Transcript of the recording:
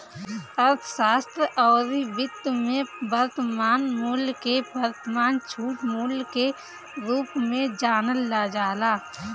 अर्थशास्त्र अउरी वित्त में वर्तमान मूल्य के वर्तमान छूट मूल्य के रूप में जानल जाला